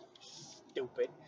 Stupid